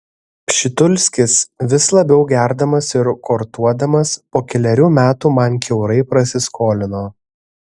pšitulskis vis labiau gerdamas ir kortuodamas po kelerių metų man kiaurai prasiskolino